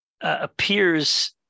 appears